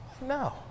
No